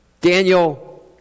Daniel